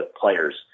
players